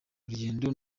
urugendo